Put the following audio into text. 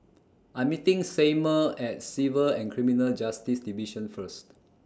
I'm meeting Seymour At Civil and Criminal Justice Division First